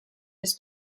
his